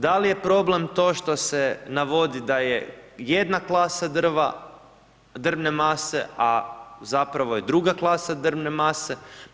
Da li je problem to što se navodi da je jedna klasa drva, drvne mase a zapravo je druga klasa drvne mase?